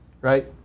right